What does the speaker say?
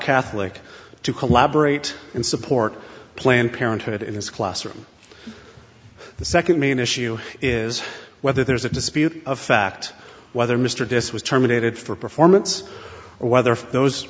catholic to collaborate and support planned parenthood in his classroom the second main issue is whether there is a dispute of fact whether mr this was terminated for performance or whether for those